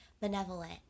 benevolent